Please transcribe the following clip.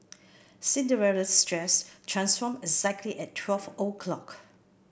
Cinderella's dress transformed exactly at twelve o'clock